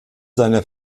seiner